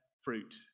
fruit